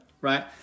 right